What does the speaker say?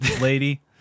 lady